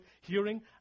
hearing